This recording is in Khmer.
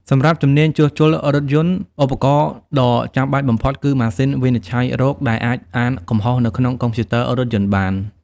សម្រាប់ជំនាញ ជួសជុលរថយន្ត ឧបករណ៍ដ៏ចាំបាច់បំផុតគឺ ម៉ាស៊ីនវិនិច្ឆ័យរោគ ដែលអាចអានកំហុសនៅក្នុងកុំព្យូទ័ររថយន្តបាន។